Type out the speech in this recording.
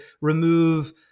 remove